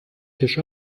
tisch